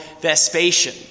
Vespasian